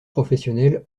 professionnelle